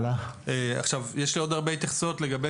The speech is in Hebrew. יש לי עוד הרבה התייחסויות לגבי